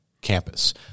campus